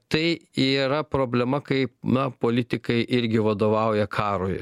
tai yra problema kai na politikai irgi vadovauja karui